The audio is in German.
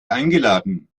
eingeladen